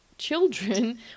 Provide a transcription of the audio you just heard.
Children